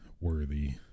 Worthy